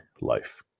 life